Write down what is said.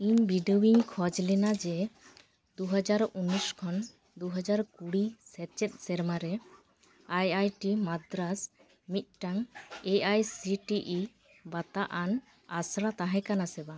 ᱤᱱ ᱵᱤᱰᱟᱹᱣᱤᱧ ᱠᱷᱚᱡ ᱞᱮᱱᱟ ᱡᱮ ᱫᱩᱦᱟᱡᱟᱨ ᱩᱱᱤᱥ ᱠᱷᱚᱡ ᱫᱩᱦᱟᱡᱟᱨ ᱠᱩᱲᱤ ᱥᱮᱪᱮᱫ ᱥᱮᱨᱢᱟ ᱨᱮ ᱟᱭ ᱟᱭ ᱴᱤ ᱢᱟᱫᱽᱨᱟᱡᱽ ᱢᱤᱫᱴᱟᱝ A I C T E ᱵᱟᱛᱟᱣᱟᱜ ᱚᱱᱟ ᱟᱥᱲᱟ ᱛᱟᱦᱮᱸ ᱠᱟᱱᱟ ᱥᱮ ᱵᱟᱝ